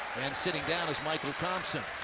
sitting down is mychel thompson.